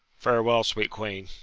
farewell, sweet queen.